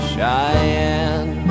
Cheyenne